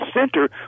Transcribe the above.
center